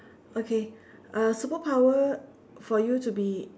okay uh superpower for you to be